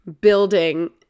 building